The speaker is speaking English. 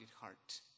heart